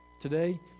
Today